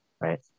right